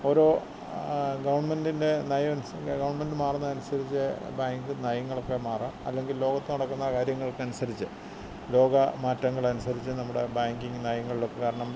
ഓരോ ഗവണ്മെന്റിന്റെ നയം ഗവണ്മെന്റ് മാറുന്നതനുസരിച്ച് ബാങ്ക് നയങ്ങളൊക്കെ മാറാം അല്ലെങ്കില് ലോകത്ത് നടക്കുന്ന കാര്യങ്ങള്ക്കനുസരിച്ച് ലോക മാറ്റങ്ങളനുസരിച്ച് നമ്മുടെ ബാങ്കിംഗ് നയങ്ങളിലൊക്കെ കാരണം